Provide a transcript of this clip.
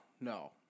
no